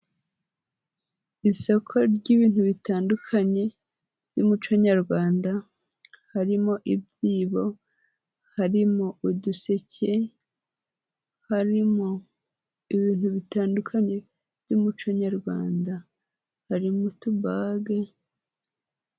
Isoko ry'ibintu bitandukanye by'umuco nyarwanda, harimo ibyibo, harimo uduseke, harimo ibintu bitandukanye by'umuco nyarwanda, harimo utubage.